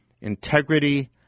Integrity